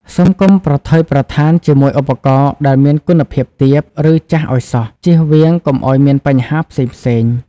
សូមកុំប្រថុយប្រថានជាមួយឧបករណ៍ដែលមានគុណភាពទាប ឬចាស់អោយសោះ ជៀសវៀងកុំអោយមានបញ្ហាផ្សេងៗ។